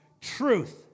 truth